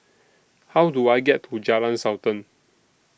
How Do I get to Jalan Sultan